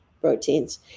proteins